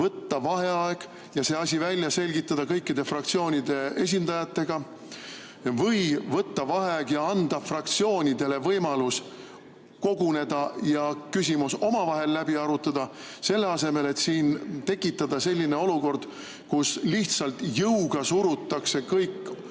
võtta vaheaeg ja see asi välja selgitada kõikide fraktsioonide esindajatega või võtta vaheaeg ja anda fraktsioonidele võimalus koguneda ja küsimus omavahel läbi arutada, selle asemel et siin tekitada selline olukord, kus lihtsalt jõuga surutakse kõik